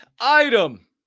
Item